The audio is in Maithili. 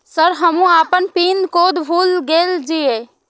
सर हमू अपना पीन कोड भूल गेल जीये?